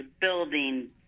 building